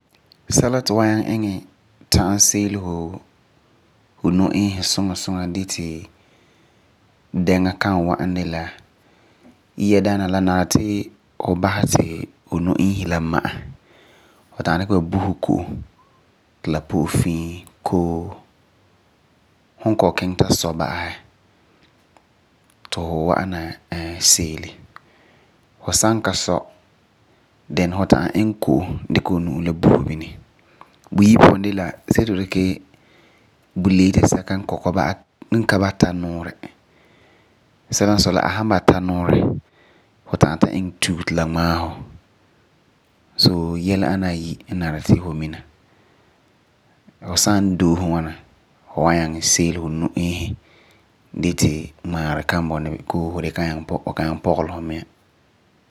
Sɛla ti fu wan nyaŋɛ iŋɛ ze'ele fu nu-iisi dee ti dɛŋa kan wa'am de la, yia daana, la nari ti fu basɛ ti fu basɛ ti fu nu-iisi la ma'ɛ. Fu ta'am dikɛ ba buse koom ti la po'e fii koo fu kɔ'ɔm kiŋɛ ta sɔ ba'asɛ ti fu wa'ana seele. Fu san ka zɔ, then fu ta'am iŋɛ ko'om dikɛ fu nu'o la buse bini. Buyi puan de la see ti fu dikɛ blade sɛka n ka baam tara nuurɛ. So, yɛla ana ayi n nari ti fu miŋa. Fu san doose ŋwana fu wan nyaŋɛ seele fu nu-iisi dee ti ŋmaarɛ kan bɔna bini koo du kan nyaŋɛ pɔgelum fu miŋa